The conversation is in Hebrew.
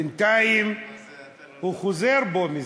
בינתיים הוא חוזר בו מזה.